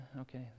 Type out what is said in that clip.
okay